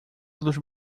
pelos